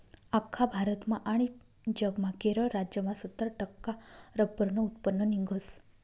आख्खा भारतमा आनी जगमा केरळ राज्यमा सत्तर टक्का रब्बरनं उत्पन्न निंघस